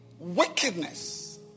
Wickedness